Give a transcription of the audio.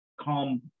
calm